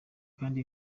kandi